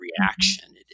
reaction